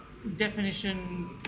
definition